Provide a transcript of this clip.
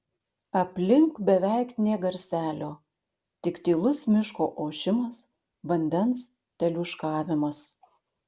aplink beveik nė garselio tik tylus miško ošimas vandens teliūškavimas